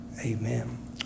Amen